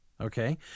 Okay